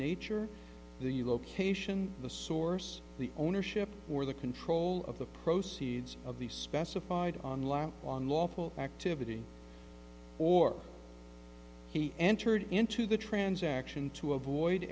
nature the location the source the ownership or the control of the proceeds of the specified online on lawful activity or he entered into the transaction to avoid